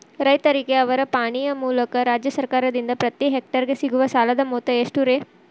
ರೈತರಿಗೆ ಅವರ ಪಾಣಿಯ ಮೂಲಕ ರಾಜ್ಯ ಸರ್ಕಾರದಿಂದ ಪ್ರತಿ ಹೆಕ್ಟರ್ ಗೆ ಸಿಗುವ ಸಾಲದ ಮೊತ್ತ ಎಷ್ಟು ರೇ?